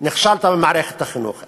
נכשלת במערכת החינוך.